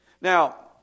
Now